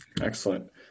Excellent